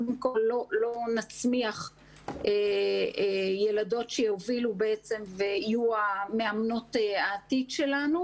לא נצמיח ילדות שיובילו ויהיו מאמנות העתיד שלנו.